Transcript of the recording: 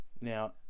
Now